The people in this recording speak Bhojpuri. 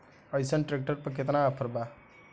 अइसन ट्रैक्टर पर केतना ऑफर बा?